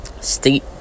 State